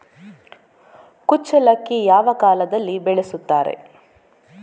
ಕುಚ್ಚಲಕ್ಕಿ ಯಾವ ಕಾಲದಲ್ಲಿ ಬೆಳೆಸುತ್ತಾರೆ?